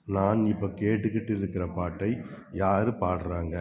நான் இப்போ கேட்டுக்கிட்டு இருக்கிற பாட்டை யாரு பாடுறாங்க